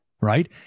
right